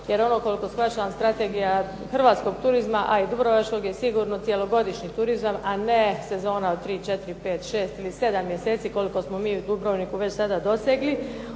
Jer ono koliko shvaćam strategija hrvatskog turizma, a i dubrovačkog je sigurno cjelogodišnji turizam, a ne sezona od 3, 4, 5, 6 ili 7 mjeseci koliko smo mi u Dubrovniku već sada dosegli.